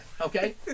Okay